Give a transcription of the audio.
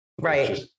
Right